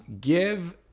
give